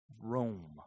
Rome